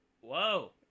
Whoa